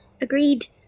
Agreed